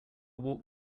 walked